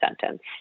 sentence